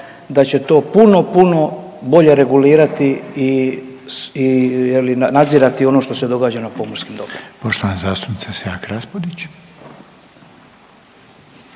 da će to puno, puno bolje regulirati i je li nadzirati ono što se događa na pomorskom dobru.